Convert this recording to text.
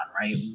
right